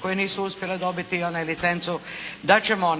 koje nisu uspjele dobiti licencu, da ćemo